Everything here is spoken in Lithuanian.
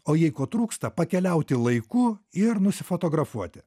o jei ko trūksta pakeliauti laiku ir nusifotografuoti